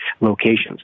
locations